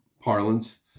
parlance